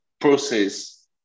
process